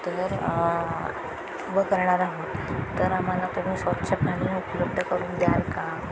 तर उभं करणार आहोत तर आम्हाला तुम्ही स्वच्छ पाणी उपलब्ध करून द्याल का